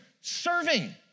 Serving